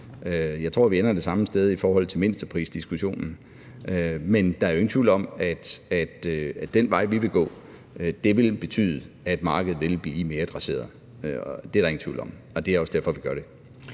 Jeg tror, at vi ender det samme sted i forhold til mindsteprisdiskussionen, men der er jo ingen tvivl om, at den vej, vi vil gå, vil betyde, at markedet vil blive mere dresseret – det er der ingen tvivl om. Og det er også derfor, vi gør det.